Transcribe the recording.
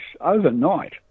overnight